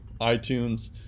iTunes